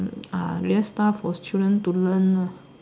ah relax stuff for children to learn lah